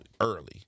early